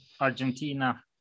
Argentina